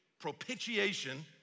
propitiation